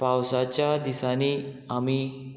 पावसाच्या दिसांनी आमी